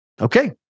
okay